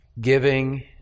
giving